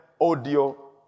audio